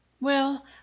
Well